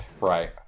Right